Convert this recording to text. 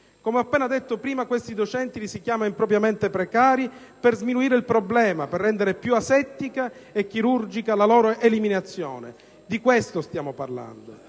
Come ho appena detto prima, questi docenti li si chiama impropriamente precari per sminuire il problema, per rendere più asettica e chirurgica la loro eliminazione: di questo stiamo parlando.